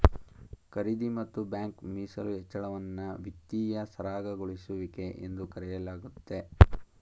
ಖರೀದಿ ಮತ್ತು ಬ್ಯಾಂಕ್ ಮೀಸಲು ಹೆಚ್ಚಳವನ್ನ ವಿತ್ತೀಯ ಸರಾಗಗೊಳಿಸುವಿಕೆ ಎಂದು ಕರೆಯಲಾಗುತ್ತೆ